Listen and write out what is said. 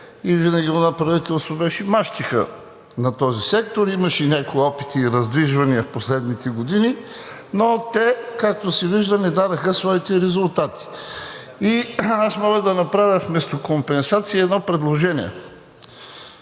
и винаги онова правителство беше мащеха на този сектор. Имаше някакви опити и раздвижвания в последните години, но те, както виждам, не дадоха своите резултати. И аз мога да направя, вместо компенсация, едно предложение: